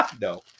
No